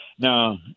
now